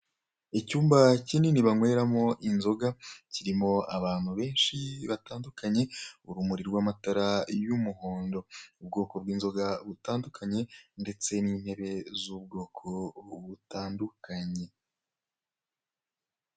Icyumba kinini banyweramo inzoga kirimo abantu benshi batandukanye, urumuri rw'amatara y'umuhondo, ubwoko bw'inzoga butandukanye ndetse n'intebe z'ubwoko butandukanye.